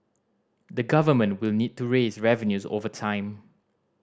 the Government will need to raise revenues over time